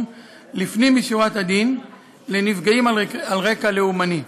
לפנים משורת הדין לנפגעים על רקע לאומני.